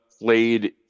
played